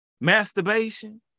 Masturbation